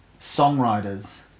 songwriters